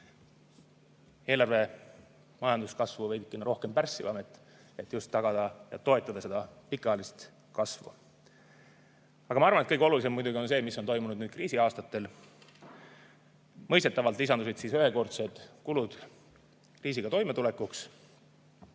eelarve majanduskasvu veidike rohkem pärssivam, et just tagada ja toetada seda pikaajalist kasvu. Aga ma arvan, et kõige olulisem on muidugi see, mis on toimunud nüüd kriisiaastatel. Mõistetavalt lisandusid ühekordsed kulud kriisiga toimetulekuks,